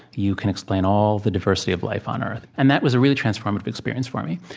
you can explain all the diversity of life on earth, and that was a really transformative experience for me.